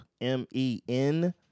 M-E-N